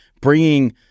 bringing